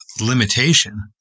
limitation